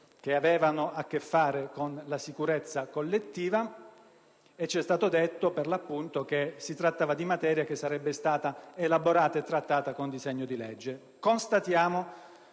che avevano a che fare con la sicurezza collettiva e ci è stato risposto, per l'appunto, che si trattava di materia che sarebbe stata elaborata e trattata in un disegno di legge.